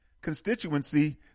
constituency